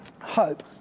Hope